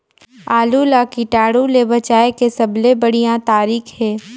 आलू ला कीटाणु ले बचाय के सबले बढ़िया तारीक हे?